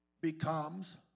becomes